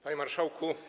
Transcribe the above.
Panie Marszałku!